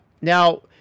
Now